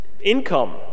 income